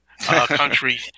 country